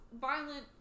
violent